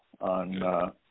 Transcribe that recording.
on